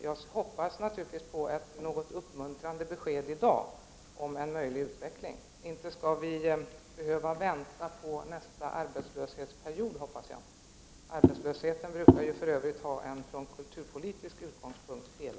Jag hoppas naturligtvis på ett uppmuntrande besked i dag om en möjlig utveckling. Vi skall väl inte behöva vänta till nästa arbetslöshetsperiod? Arbetslösheten brukar = Prot. 1989/90:16 för övrigt ha en från kulturpolitisk utgångspunkt felaktig utbredning.